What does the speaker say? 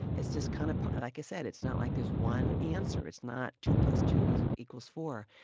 it's just kind of like i said, it's not like there's one answer. it's not two plus two equals four.